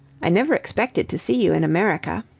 i never expected to see you in america.